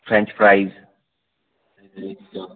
French fries ਇਹੋ ਜਿਹੀਆਂ ਚੀਜ਼ਾਂ